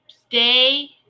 stay